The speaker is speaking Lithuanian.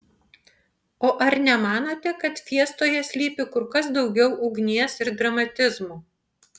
o ar nemanote kad fiestoje slypi kur kas daugiau ugnies ir dramatizmo